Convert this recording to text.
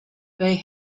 they